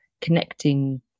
connecting